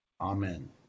Amen